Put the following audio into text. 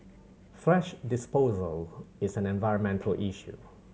thrash disposal is an environmental issue